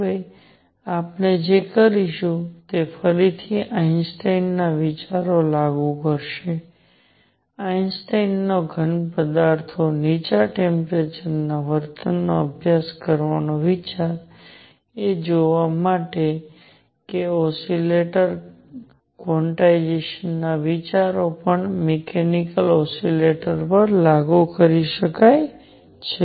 હવે આપણે જે કરીશું તે ફરીથી આઇન્સ્ટાઇન વિચારો લાગુ કરશે આઇન્સ્ટાઇનનો ઘનપદાર્થોના નીચા ટેમ્પરેચર ના વર્તનનો અભ્યાસ કરવાનો વિચાર એ જોવા માટે કે ઓસિલેટરના ક્વોન્ટાઇઝેશનના વિચારો પણ મેકેનિકલ ઓસિલેટર્સ પર લાગુ કરી શકાય છે